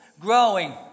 Growing